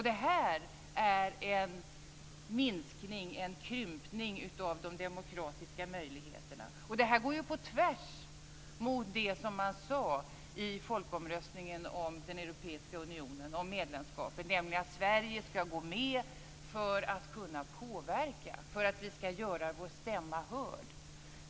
Detta är en minskning, en krympning, av de demokratiska möjligheterna och detta går på tvärs mot det som man sade i folkomröstningen om den europeiska unionen och medlemskapet, nämligen att Sverige ska gå med för att kunna påverka, för att göra vår stämma hörd.